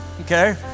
okay